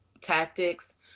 tactics